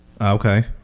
Okay